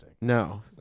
no